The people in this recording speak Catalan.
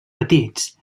petits